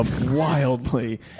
wildly